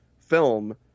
film